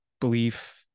belief